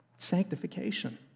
sanctification